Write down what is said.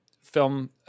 film